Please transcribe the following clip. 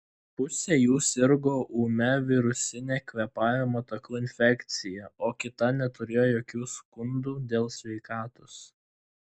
pusė jų sirgo ūmia virusine kvėpavimo takų infekcija o kita neturėjo jokių skundų dėl sveikatos